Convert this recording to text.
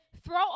throw